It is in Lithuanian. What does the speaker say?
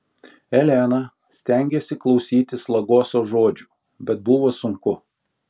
elena stengėsi klausytis lagoso žodžių bet buvo sunku